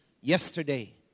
yesterday